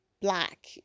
black